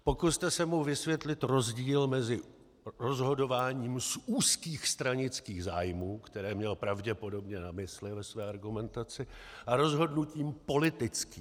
Pokuste se mu vysvětlit rozdíl mezi rozhodováním z úzkých stranických zájmů, které měl pravděpodobně ve své argumentaci na mysli, a rozhodnutím politickým.